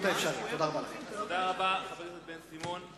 תודה רבה לחבר הכנסת בן-סימון.